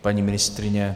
Paní ministryně?